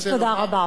תודה רבה.